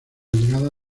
llegada